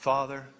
Father